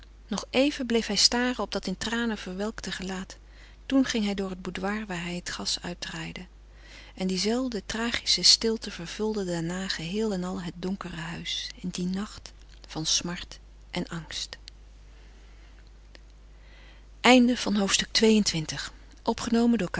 nog even bleef hij staren op dat in tranen verwelkte gelaat toen ging hij door het boudoir waar hij het gas uitdraaide en die zelfde tragische stilte vervulde daarna geheel en al het donkere huis in dien nacht van smart en angst